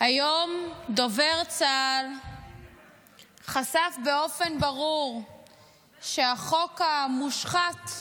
היום דובר צה"ל חשף באופן ברור שהחוק המושחת,